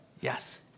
Yes